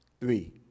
Three